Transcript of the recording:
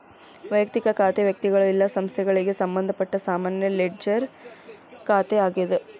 ವಯಕ್ತಿಕ ಖಾತೆ ವ್ಯಕ್ತಿಗಳು ಇಲ್ಲಾ ಸಂಸ್ಥೆಗಳಿಗೆ ಸಂಬಂಧಪಟ್ಟ ಸಾಮಾನ್ಯ ಲೆಡ್ಜರ್ ಖಾತೆ ಆಗ್ಯಾದ